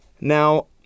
Now